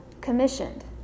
commissioned